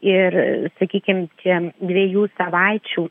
ir sakykim čia dviejų savaičių